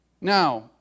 Now